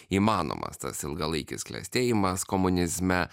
įmanomas tas ilgalaikis klestėjimas komunizme